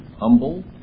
humble